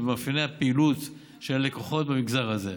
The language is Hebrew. ובמאפייני הפעילות של הלקוחות במגזר הזה.